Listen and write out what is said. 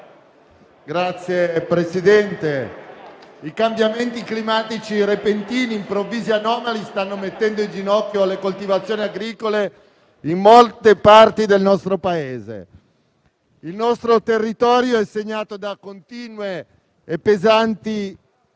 colleghi, i cambiamenti climatici repentini, improvvisi e anomali stanno mettendo in ginocchio le coltivazioni agricole in molte parti del nostro Paese. Il nostro territorio è segnato da continue, pesanti